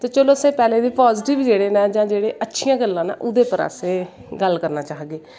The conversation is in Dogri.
ते चलो असैं पैह्लें दे जेह्ड़े पाजिटिव नै जां जेह्ड़ियां अच्छियां गल्लां नै ओह्ॅदे पर असें गल्ल करनां चाह्गे